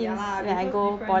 ya lah because like different